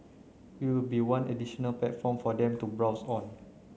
we will be one additional platform for them to browse on